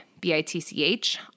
B-I-T-C-H